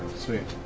sweet.